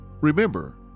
Remember